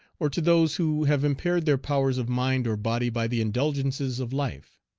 or to those who have impaired their powers of mind or body by the indulgences of life.